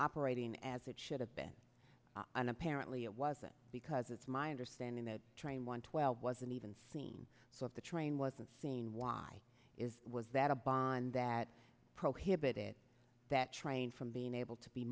operating as it should have been and apparently it wasn't because it's my understanding that train one twelve wasn't even seen so if the train wasn't seen why is was that a bond that prohibited that train from being able to be